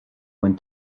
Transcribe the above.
went